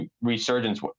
resurgence